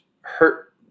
hurt